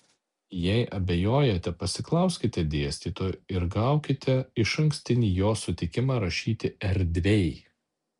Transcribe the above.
jei abejojate pasiklauskite dėstytojo ir gaukite išankstinį jo sutikimą rašyti erdviai